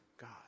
God